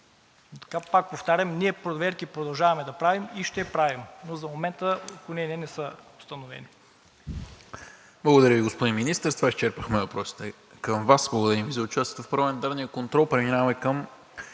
Пак повтарям, ние проверки продължаваме да правим и ще правим. За момента обаче отклонения не са установени.